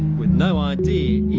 with no idea.